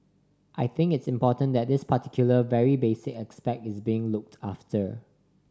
I think it's important that this particular very basic aspect is being looked after